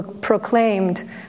proclaimed